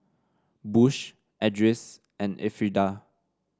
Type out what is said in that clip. Bush Edris and Elfrieda